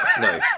no